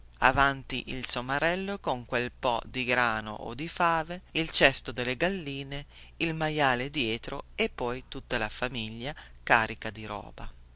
avanti il somarello con quel po di grano o di fave il cesto delle galline il maiale dietro e poi tutta la famiglia carica di roba